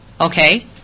Okay